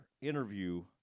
interview